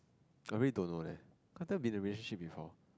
I really don't know leh can't tell be the relationship before